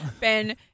Ben